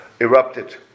erupted